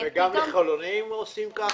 גם החילוניים עושים כך?